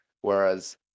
Whereas